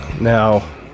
Now